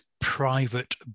private